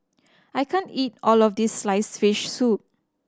I can't eat all of this sliced fish soup